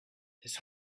his